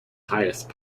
highest